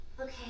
Okay